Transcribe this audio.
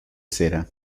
sera